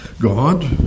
God